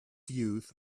youth